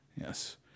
Yes